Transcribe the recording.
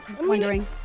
wondering